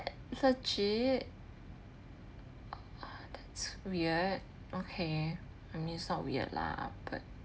legit ah that's weird okay I means not weird lah but